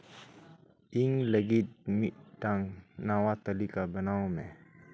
ᱤᱧ ᱞᱟᱹᱜᱤᱫ ᱢᱤᱫᱴᱟᱱ ᱱᱟᱣᱟ ᱛᱟᱹᱞᱤᱠᱟ ᱵᱮᱱᱟᱣ ᱢᱮ